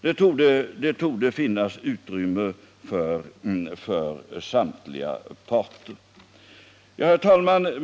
Det torde finnas utrymme för samtliga parter. Herr talman!